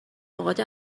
نقاط